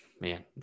man